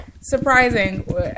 surprising